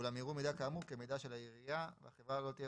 כאן דווקא הרשות המקומית יוצאת נפסדת כי